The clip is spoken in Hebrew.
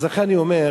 לכן אני אומר,